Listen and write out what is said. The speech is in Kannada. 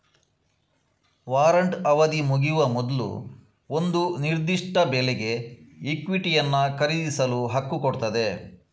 ವಾರಂಟ್ ಅವಧಿ ಮುಗಿಯುವ ಮೊದ್ಲು ಒಂದು ನಿರ್ದಿಷ್ಟ ಬೆಲೆಗೆ ಇಕ್ವಿಟಿಯನ್ನ ಖರೀದಿಸಲು ಹಕ್ಕು ಕೊಡ್ತದೆ